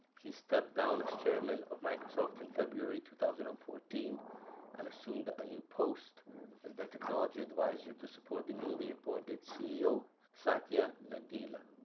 he stepped down as chairman of microsoft in february two thousand and fourteen and assumed a new post as technology adviser to support the newly appointed ceo satya nadella.